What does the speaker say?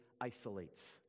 isolates